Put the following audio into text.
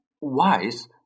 wise